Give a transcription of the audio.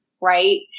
right